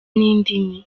n’indimi